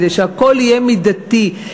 כדי שהכול יהיה מידתי,